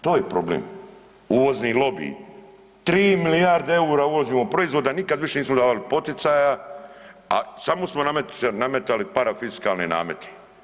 To je problem, uvozni lobij, 3 milijarde EUR-a proizvodimo proizvoda, nikad više nismo davali poticaja, a samo smo nametali parafiskalne namete.